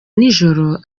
nijoro